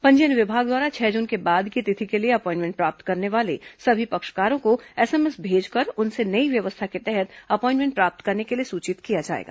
पंजीयन विभाग द्वारा छह जून के बाद की तिथि के लिए अपॉइमेंट प्राप्त करने वाले सभी पक्षकारों को एसएमएस भेजकर उनसे नई व्यवस्था के तहत अपॉइमेंट प्राप्त करने के लिए सूचित किया जाएगा